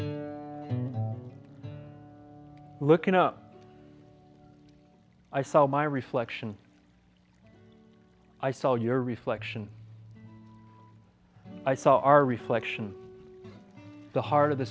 looking up i saw my reflection i saw your reflection i saw our reflection the heart of the